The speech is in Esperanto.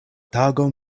tago